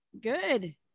Good